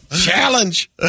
Challenge